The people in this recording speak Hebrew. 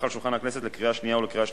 על שולחן הכנסת לקריאה השנייה ולקריאה השלישית,